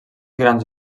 grans